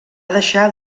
deixar